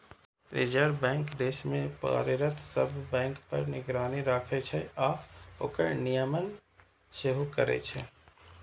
reserve Bank देश मे कार्यरत सब बैंक पर निगरानी राखै छै आ ओकर नियमन सेहो करै छै